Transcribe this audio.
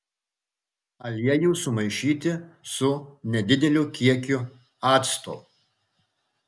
aliejų sumaišyti su nedideliu kiekiu acto